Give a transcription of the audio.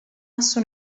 asso